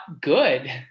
good